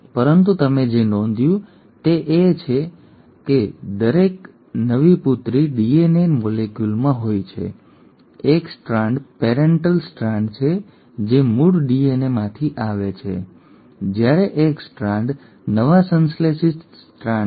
પરંતુ તમે જે નોંધ્યું છે તે દરેક નવી પુત્રી ડીએનએ મોલેક્યુલમાં હોય છે એક સ્ટ્રાન્ડ પેરેન્ટલ સ્ટ્રાન્ડ છે જે મૂળ ડીએનએમાંથી આવે છે જ્યારે એક સ્ટ્રાન્ડ નવા સંશ્લેષિત સ્ટ્રાન્ડ છે